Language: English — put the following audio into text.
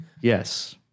Yes